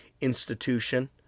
institution